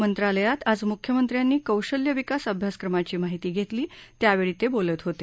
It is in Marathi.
मंत्रालयात आज मुख्यमंत्र्यांनी कौशल्य विकास अभ्यासक्रमांची माहिती घेतली त्यावेळी ते बोलत होते